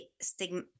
stigma